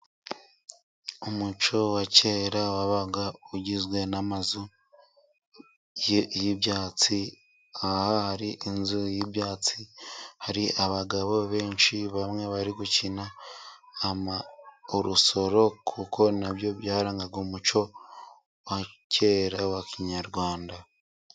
Umuco wa kera wabaga ugizwe n'amazu y'ibyatsi, aha hari inzu y'ibyatsi hari abagabo benshi bamwe bari gukina urusoro, kuko na byo byarangaga umuco wa kera wa kinyarwanda.